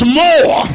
more